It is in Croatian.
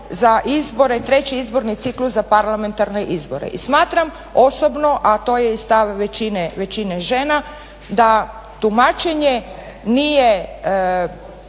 za izbore, treći izborni ciklus za parlamentarne izbora. I smatram osobno, a to je stav i većine žena, da tumačenje nije